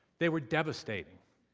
they were devastating.